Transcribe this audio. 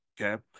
Okay